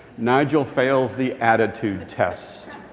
nigel fails the attitude test.